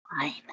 fine